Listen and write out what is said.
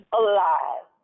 alive